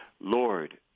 Lord